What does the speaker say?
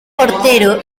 portero